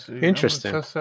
Interesting